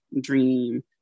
dream